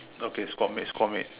okay squad mate squad mate